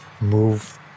move